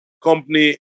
company